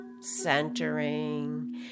centering